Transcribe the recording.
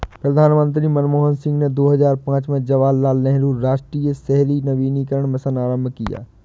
प्रधानमंत्री मनमोहन सिंह ने दो हजार पांच में जवाहरलाल नेहरू राष्ट्रीय शहरी नवीकरण मिशन आरंभ किया